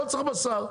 לא יהיה בשר,